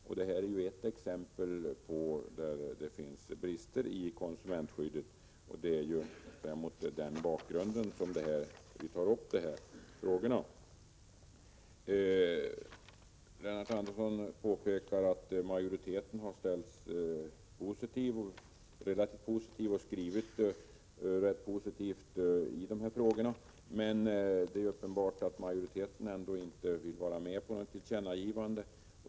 Det gäller här ett exempel på brister i konsumentskyddet, och det är mot den bakgrunden vi tar upp de här frågorna. Lennart Andersson påpekar att majoriteten har skrivit rätt positivt, men det är uppenbart att majoriteten ändå inte vill vara med på något tillkännagivande.